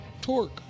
torque